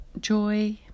joy